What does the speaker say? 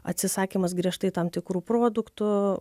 atsisakymas griežtai tam tikrų produktų